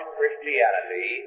Christianity